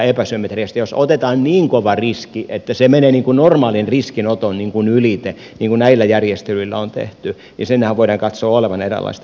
jos otetaan niin kova riski että se menee normaalin riskinoton ylitse niin kuin näillä järjestelyillä on tehty niin senhän voidaan katsoa olevan eräänlaista epäsymmetriaa